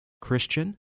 Christian